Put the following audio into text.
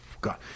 God